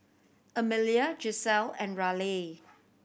Amelia Giselle and Raleigh